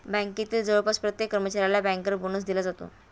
बँकेतील जवळपास प्रत्येक कर्मचाऱ्याला बँकर बोनस दिला जातो